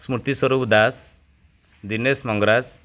ସ୍ମୃତି ସ୍ୱରୂପ ଦାସ ଦିନେଶ ମଙ୍ଗରାଜ